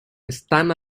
están